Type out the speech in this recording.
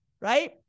Right